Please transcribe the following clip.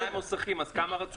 יש 200 מוסכים, אז כמה רצו?